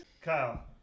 Kyle